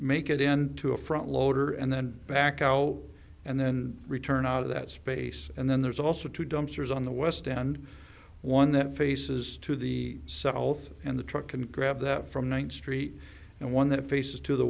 make it into a front loader and then back out and then return out of that space and then there's also two dumpsters on the west and one that faces to the south and the truck can grab that from one street and one that faces to the